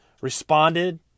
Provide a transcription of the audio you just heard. Responded